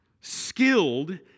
skilled